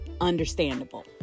understandable